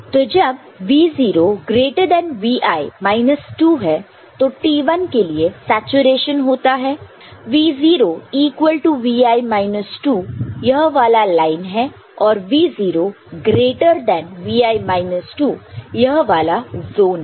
तो जब Vo greater than Vi minus 2 है तो T1 के लिए सैचुरेशन होता है Vo equal to Vi minus 2 यह वाला लाइन है और Vo greater than Vi minus 2 यह वाला जोन है